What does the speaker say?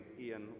Ian